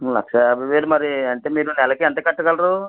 లక్ష యాభై వేలు మరి అంటే మీరు నెలకి ఎంత కట్టగలరు